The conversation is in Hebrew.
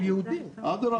אדרבה.